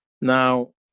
now